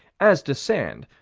as to sand,